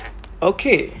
okay